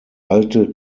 alte